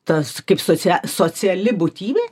tas kaip socia sociali būtybė